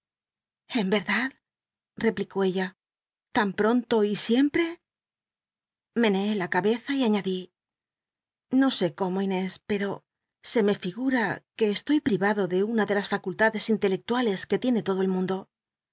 en verdad f replicó ella tan pi'onlo y siempre eneó la cabeza y añadí m no sé cómo inés pero se me figura que estoy privado de una de las facultades intelectuales que tiene todo el mundo